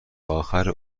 اخر